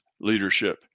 leadership